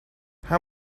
how